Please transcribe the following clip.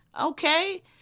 okay